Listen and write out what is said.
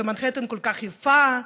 ומנהטן כל כך יפה,